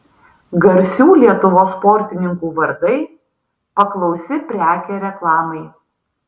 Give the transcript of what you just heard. garsių lietuvos sportininkų vardai paklausi prekė reklamai